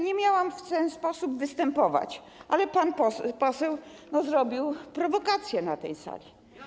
Nie miałam w ten sposób występować, ale pan poseł zrobił prowokację na tej sali.